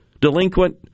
delinquent